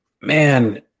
Man